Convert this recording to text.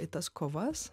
į tas kovas